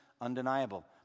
undeniable